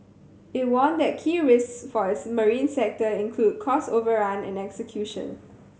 it warned that key risks for its marine sector include cost overrun and execution